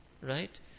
Right